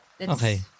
Okay